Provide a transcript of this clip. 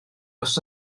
bws